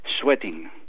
sweating